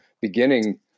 beginning